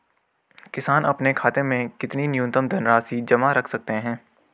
किसान अपने खाते में कितनी न्यूनतम धनराशि जमा रख सकते हैं?